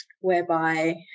whereby